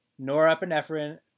norepinephrine